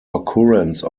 occurrence